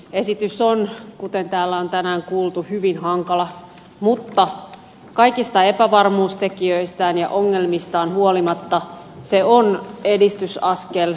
esitys on kuten täällä on tänään kuultu hyvin hankala mutta kaikista epävarmuustekijöistään ja ongelmistaan huolimatta se on edistysaskel